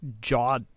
jaw